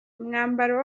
umwambaro